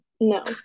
No